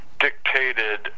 dictated